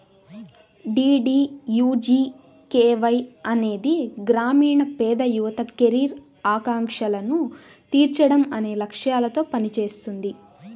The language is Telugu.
డీడీయూజీకేవై అనేది గ్రామీణ పేద యువత కెరీర్ ఆకాంక్షలను తీర్చడం అనే లక్ష్యాలతో పనిచేస్తుంది